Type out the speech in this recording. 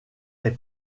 est